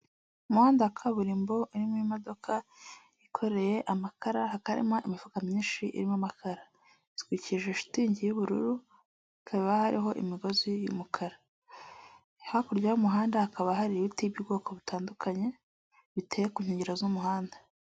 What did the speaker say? Umuhanda wa kaburimbo urimo imodoka yikoreye amakara hakaba harimo imifuka myinshi irimo amakara, itwikirije shitingi y'ubururu, ikaba hariho imigozi y'umukara hakurya y'umuhanda hakaba hari ibiti by'ubwoko butandukanye biteye ku nkengero z'umuhanda.